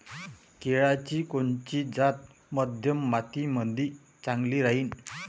केळाची कोनची जात मध्यम मातीमंदी चांगली राहिन?